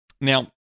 Now